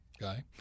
guy